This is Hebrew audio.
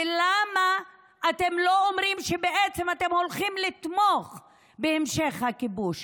ולמה אתם לא אומרים שאתם הולכים לתמוך בהמשך הכיבוש?